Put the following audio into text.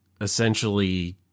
essentially